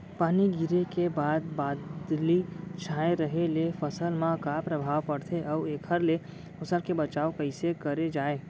पानी गिरे के बाद बदली छाये रहे ले फसल मा का प्रभाव पड़थे अऊ एखर ले फसल के बचाव कइसे करे जाये?